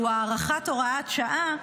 שהוא הארכת הוראת שעה,